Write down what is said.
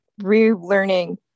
relearning